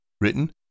Written